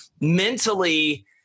Mentally